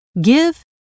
give